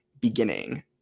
beginning